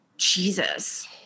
Jesus